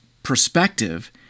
Perspective